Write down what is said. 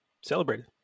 celebrated